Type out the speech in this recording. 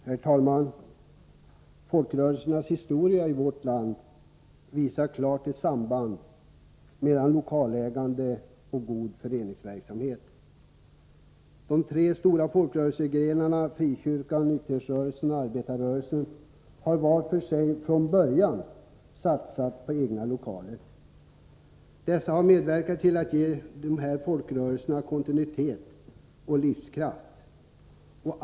Herr talman! Folkrörelsernas historia i vårt land visar ett klart samband mellan lokalägande och god föreningsverksamhet. De tre stora folkrörelsegrenarna — frikyrkan, nykterhetsrörelsen och arbetarrörelsen — har var för sig från början satsat på egna lokaler. Dessa har medverkat till att ge dessa folkrörelser kontinuitet och livskraft.